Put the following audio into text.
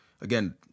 again